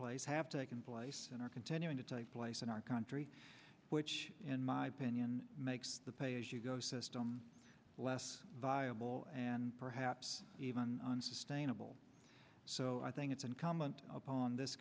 place have taken place and are continuing to take place in our country which in my opinion makes the pay as you go system less viable and perhaps even unsustainable so i think it's incumbent upon this